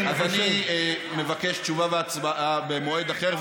אז אני מבקש תשובה והצבעה במועד אחר,